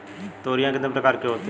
तोरियां कितने प्रकार की होती हैं?